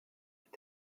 mit